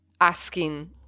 asking